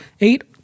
Eight